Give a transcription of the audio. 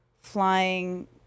Flying